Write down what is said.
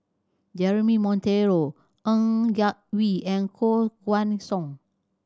Jeremy Monteiro Ng Yak Whee and Koh Guan Song